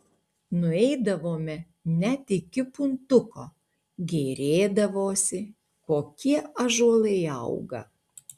nueidavome net iki puntuko gėrėdavosi kokie ąžuolai auga